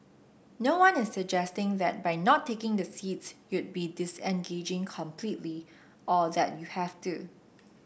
no one is suggesting that by not taking the seats you'd be disengaging completely or that you have do